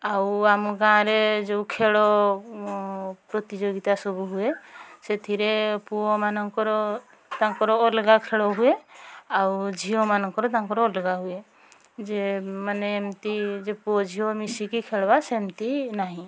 ଆଉ ଆମ ଗାଁରେ ଯେଉଁ ଖେଳ ପ୍ରତିଯୋଗିତା ସବୁ ହୁଏ ସେଥିରେ ପୁଅମାନଙ୍କର ତାଙ୍କର ଅଲଗା ଖେଳ ହୁଏ ଆଉ ଝିଅମାନଙ୍କର ତାଙ୍କର ଅଲଗା ହୁଏ ଯେ ମାନେ ଏମତି ଯେ ପୁଅ ଝିଅ ମିଶିକି ଖେଳିବା ସେମିତି ନାହିଁ